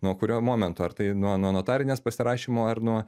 nuo kurio momento ar tai nuo nuo notarinės pasirašymo ar nuo